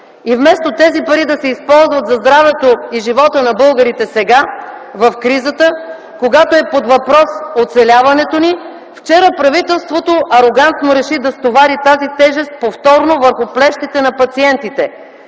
И вместо тези пари да се използват за здравето и живота на българите сега, в кризата, когато е под въпрос оцеляването ни, вчера правителството арогантно реши да стовари тази тежест повторно върху плещите на пациентите.